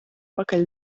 pakaļ